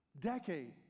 decade